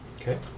Okay